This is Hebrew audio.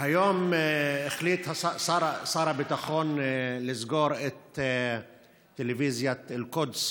היום החליט שר הביטחון לסגור את טלוויזיית אל-קודס